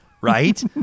right